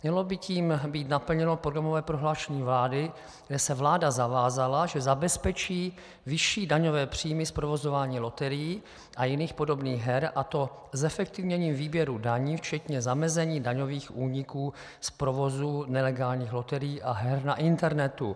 Mělo by tím být naplněno programové prohlášení vlády, kde se vláda zavázala, že zabezpečí vyšší daňové příjmy z provozování loterií a jiných podobných her, a to zefektivněním výběru daní včetně zamezení daňových úniků z provozu nelegálních loterií a her na internetu.